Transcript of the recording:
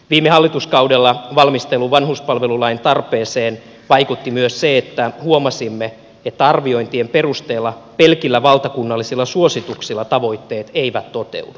viime hallituskaudella valmisteluun käsitykseen vanhuspalvelulain tarpeesta vaikutti myös se että huomasimme että arviointien perusteella pelkillä valtakunnallisilla suosituksilla tavoitteet eivät toteudu